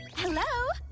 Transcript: hello,